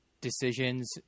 decisions